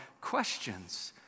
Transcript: questions